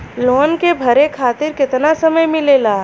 Loan के भरे खातिर कितना समय मिलेला?